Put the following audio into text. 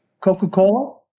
Coca-Cola